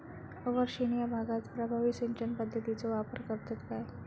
अवर्षणिय भागात प्रभावी सिंचन पद्धतीचो वापर करतत काय?